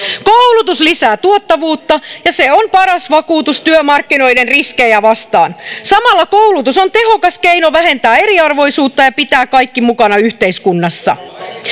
koulutus lisää tuottavuutta ja se on paras vakuutus työmarkkinoiden riskejä vastaan samalla koulutus on tehokas keino vähentää eriarvoisuutta ja pitää kaikki mukana yhteiskunnassa